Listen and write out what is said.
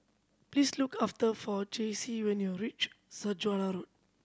please look after Jaycie when you reach Saujana Road